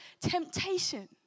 temptation